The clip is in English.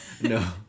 no